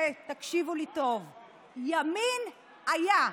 תקשיבו לי טוב, זה ימין שהיה,